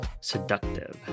seductive